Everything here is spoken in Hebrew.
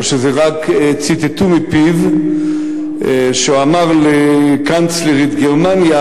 או שרק ציטטו מפיו שהוא אמר לקנצלרית גרמניה